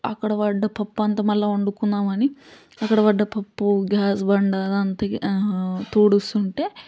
అక్కడ పడ్ద పప్పు అంతా మళ్ళీ వండుకుందాం అని అక్కడ పడ్ద పప్పు గ్యాస్ బండ అది అంతా తుడుస్తుంటే